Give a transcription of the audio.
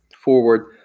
forward